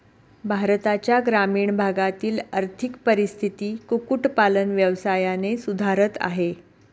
भारताच्या ग्रामीण भागातील आर्थिक परिस्थिती कुक्कुट पालन व्यवसायाने सुधारत आहे